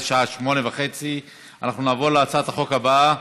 השעה 20:30. אנחנו נעבור להצעת החוק הבאה: